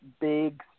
big